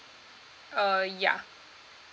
uh ya